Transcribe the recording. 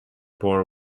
boer